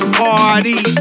party